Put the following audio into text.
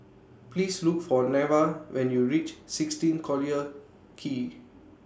Please Look For Neva when YOU REACH sixteen Collyer Quay